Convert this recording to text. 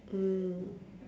mm